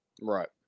Right